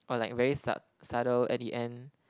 or like very sub~ subtle at the end